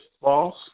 false